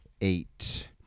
eight